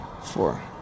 Four